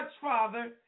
Father